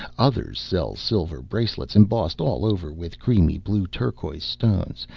others sell silver bracelets embossed all over with creamy blue turquoise stones,